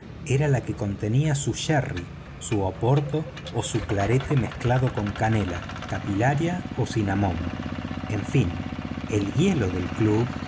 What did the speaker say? era la que contenía su sherry su oporto o su clarete mezclado con canela capilaria o cinamomo en fin el hielo del club